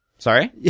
Sorry